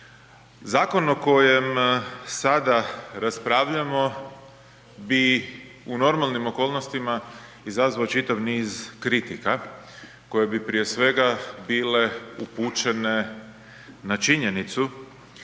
Zakon o kojem sada raspravljamo bi u normalnim okolnostima izazvao čitav niz kritika koje bi prije svega bile upućene na činjenicu